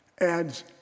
adds